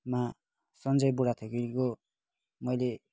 मा सन्जय बुढाथोकीको मैले